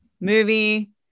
movie